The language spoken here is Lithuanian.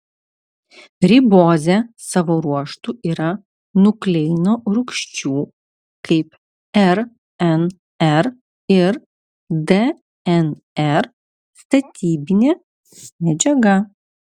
ribozė savo ruožtu yra nukleino rūgščių kaip rnr ir dnr statybinė medžiaga